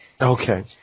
Okay